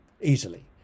easily